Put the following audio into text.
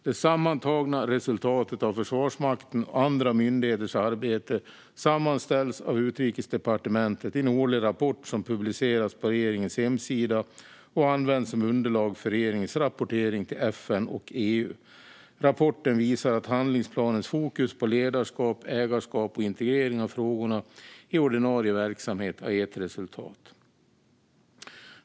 Det sammantagna resultatet av Försvarsmaktens och andra myndigheters arbete sammanställs av Utrikesdepartementet i en årlig rapport som publiceras på regeringens hemsida och används som underlag för regeringens rapportering till FN och EU. Rapporten visar att handlingsplanens fokus på ledarskap, ägarskap och integrering av frågorna i ordinarie verksamhet har gett resultat.